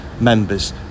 members